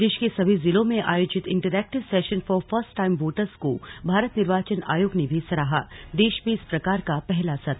प्रदेश के सभी जिलों में आयोजित interactive session for first time voters को भारत निर्वाचन आयोग ने भी सराहादेश में इस प्रकार का पहला सत्र